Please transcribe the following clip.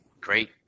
great